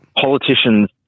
politicians –